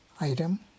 item